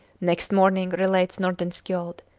next morning, relates nordenskiold,